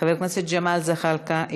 חבר הכנסת ג'מאל זחאלקה,